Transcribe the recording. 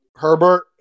Herbert